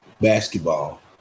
basketball